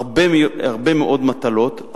הרבה מאוד מטלות,